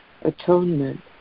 atonement